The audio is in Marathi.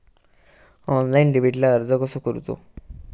ऑनलाइन डेबिटला अर्ज कसो करूचो?